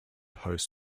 hosts